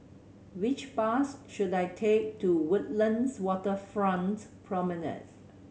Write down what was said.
which bus should I take to Woodlands Waterfront Promenade